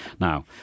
Now